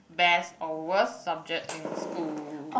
best or worst subject in school